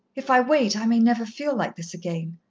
if i wait i may never feel like this again.